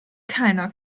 keiner